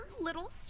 little